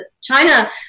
China